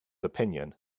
opinion